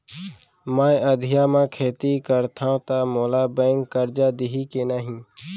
मैं अधिया म खेती करथंव त मोला बैंक करजा दिही के नही?